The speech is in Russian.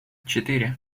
четыре